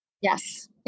Yes